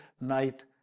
night